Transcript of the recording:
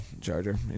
Charger